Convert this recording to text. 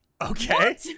Okay